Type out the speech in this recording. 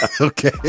Okay